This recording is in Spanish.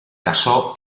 casó